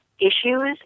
issues